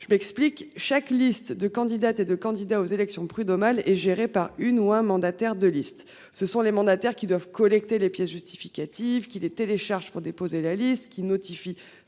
Je m'explique, chaque liste de candidates et de candidats aux élections prud'homales est géré par une ou un mandataire de liste ce sont les mandataires qui doivent collecter les pièces justificatives qui les téléchargent pour déposer la liste qui notifie